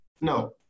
no